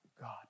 God